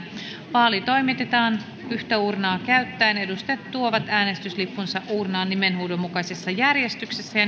vaali toimitetaan yhtä uurnaa käyttäen edustajat tuovat äänestyslippunsa uurnaan nimenhuudon mukaisessa järjestyksessä ja